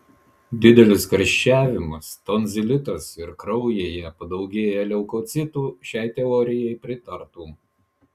didelis karščiavimas tonzilitas ir kraujyje padaugėję leukocitų šiai teorijai pritartų